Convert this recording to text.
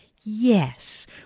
Yes